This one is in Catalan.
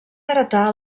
heretar